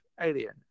Alien